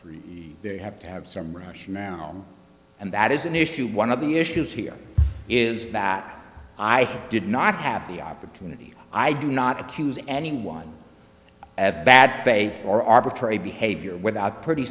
three they have to have some rush now and that is an issue one of the issues here is that i did not have the opportunity i do not accuse anyone of bad faith or arbitrary behavior without pretty